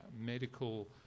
medical